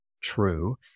true